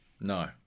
No